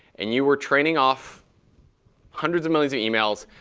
and you were training off hundreds of millions of emails,